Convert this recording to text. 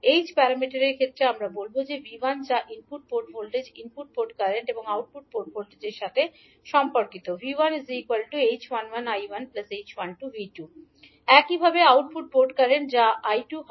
H প্যারামিটারের ক্ষেত্রে আমরা বলব যে 𝐕1 যা input port voltage input port current এবং আউটপুট পোর্ট ভোল্টেজের সাথে সম্পর্কিত হবে 𝐕1 𝐡11𝐈1 𝐡12𝐕2 একইভাবে আউটপুট পোর্ট কারেন্ট যা 𝐈2 হয়